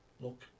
look